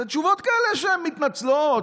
אלה תשובות כאלה שהן מתנצלות,